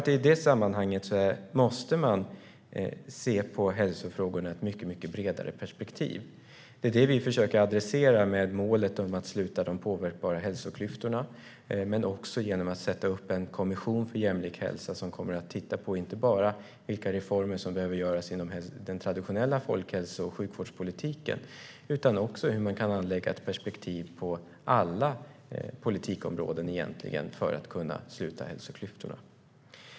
I det sammanhanget tror jag att man måste se på hälsofrågorna i ett mycket bredare perspektiv. Det är det vi försöker adressera med målet att sluta de påverkbara hälsoklyftorna. Vi kommer också att tillsätta en kommission för jämlik hälsa som inte bara kommer att titta på vilka reformer som behöver göras inom den traditionella folkhälso och sjukvårdspolitiken utan också på hur man kan anlägga ett perspektiv på egentligen alla politikområden för att kunna sluta hälsoklyftorna.